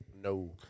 No